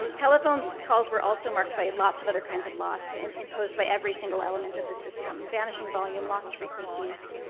um telephone's calls were also marked by lots of other kinds of loss and imposed by every single element of the system vanishing volume, lost frequencies,